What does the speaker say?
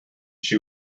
she